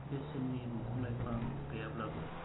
बेसेननि दंफां लाइफां गैयाब्लाबो